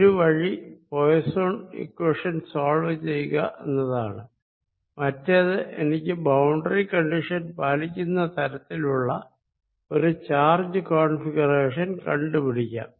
ഒരു വഴി Poisson equation solve ചെയ്യുക എന്നതാണ് മറ്റേത് എനിക്ക് ബൌണ്ടറി കണ്ടിഷൻ പാലിക്കുന്ന തരത്തിലുള്ള ഒരു ചാർജ് കോൺഫിഗുറേഷൻ കണ്ടു പിടിക്കാം